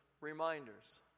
reminders